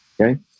Okay